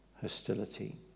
hostility